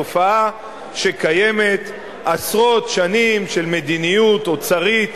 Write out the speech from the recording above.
זו תופעה שקיימת עשרות שנים, של מדיניות אוצרית,